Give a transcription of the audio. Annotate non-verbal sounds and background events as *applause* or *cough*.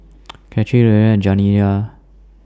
*noise* Kathern Llewellyn and Janiya